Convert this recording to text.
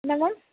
என்ன மேம்